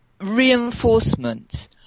reinforcement